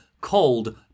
called